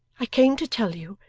i came to tell you.